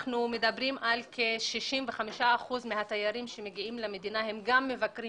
אנחנו מדברים על כך שכ-65 אחוזים מהתיירים שמגיעים למדינה מבקרים